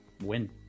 win